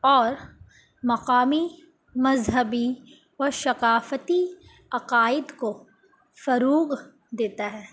اور مقامی مذہبی و ثقافتی عقائد کو فروغ دیتا ہے